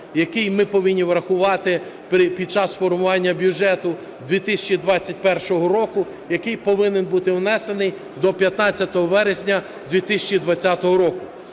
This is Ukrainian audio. який ми повинні врахувати під час формування бюджету 2021 року, який повинен бути внесений до 15 вересня 2020 року,